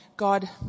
God